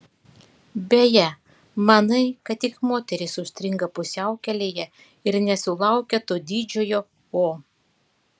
beje manai kad tik moterys užstringa pusiaukelėje ir nesulaukia to didžiojo o